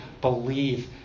believe